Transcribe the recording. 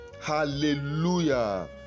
Hallelujah